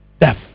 Death